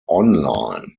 online